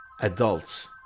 adults